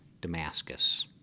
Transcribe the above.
Damascus